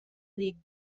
league